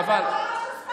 וחבל,